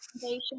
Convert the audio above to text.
foundation